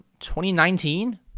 2019